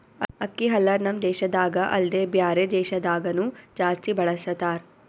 ಅಕ್ಕಿ ಹಲ್ಲರ್ ನಮ್ ದೇಶದಾಗ ಅಲ್ದೆ ಬ್ಯಾರೆ ದೇಶದಾಗನು ಜಾಸ್ತಿ ಬಳಸತಾರ್